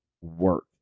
work